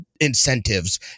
incentives